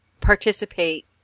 participate